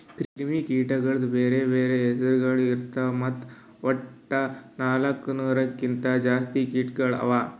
ಕ್ರಿಮಿ ಕೀಟಗೊಳ್ದು ಬ್ಯಾರೆ ಬ್ಯಾರೆ ಹೆಸುರಗೊಳ್ ಇರ್ತಾವ್ ಮತ್ತ ವಟ್ಟ ನಾಲ್ಕು ನೂರು ಕಿಂತ್ ಜಾಸ್ತಿ ಕೀಟಗೊಳ್ ಅವಾ